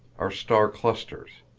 are star-clusters.